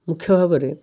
ମୁଖ୍ୟ ଭାବରେ